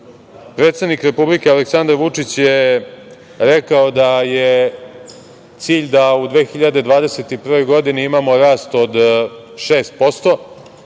ekonomije. Predsednik Republike Aleksandar Vučić je rekao da je cilj da u 2021. godini imamo rast od 6%,